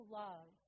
love